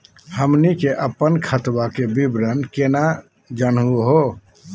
हमनी के अपन खतवा के विवरण केना जानहु हो?